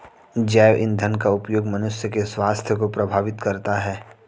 जैव ईंधन का उपयोग मनुष्य के स्वास्थ्य को प्रभावित करता है